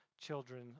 children